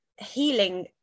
healing